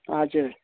हजुर